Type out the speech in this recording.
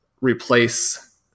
replace